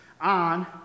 on